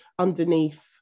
underneath